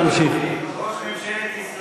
גם בלי שהוא יגיד אם הוא טעה או לא,